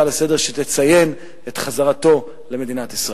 לסדר-היום שתציין את חזרתו למדינת ישראל.